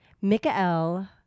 Mikael